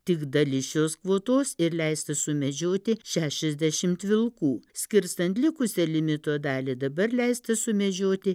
tik dalis šios kvotos ir leista sumedžioti šešiasdešimt vilkų skirstant likusią limito dalį dabar leista sumedžioti